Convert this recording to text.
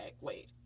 wait